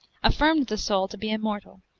affirmed the soul to be immortal,